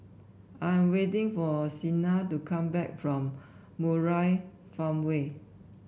I am waiting for Sina to come back from Murai Farmway